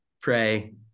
pray